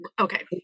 Okay